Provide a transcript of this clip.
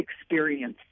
experience